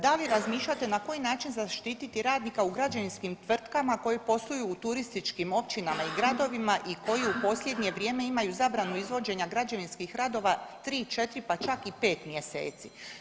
Da li razmišljate na koji način zaštititi radnika u građevinskim tvrtkama koji posluju u turističkim općinama i gradovima i koji u posljednje vrijeme imaju zabranu izvođenja građevinskih radova 3, 4 pa čak i 5 mjeseci?